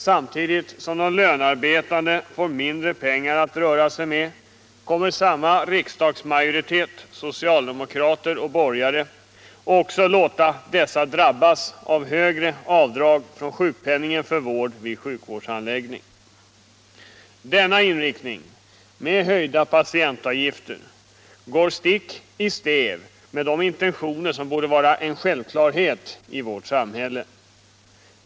Samtidigt som de lönearbetande får mindre pengar att röra sig med kommer samma riksdagsmajoritet — socialdemokrater och borgare — också att låta dessa drabbas av högre avdrag från sjukpenningen för vård vid sjukvårdsanläggning. Denna inriktning med höjda patientavgifter går stick i stäv mot de intentioner som borde vara en självklarhet i vårt samhälle.